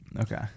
Okay